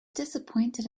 disappointed